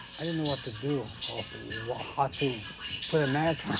i didn't know what to do or how to put a marathon